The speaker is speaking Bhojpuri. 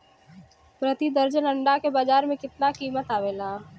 प्रति दर्जन अंडा के बाजार मे कितना कीमत आवेला?